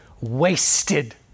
wasted